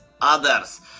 others